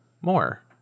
more